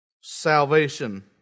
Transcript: salvation